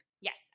Yes